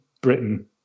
britain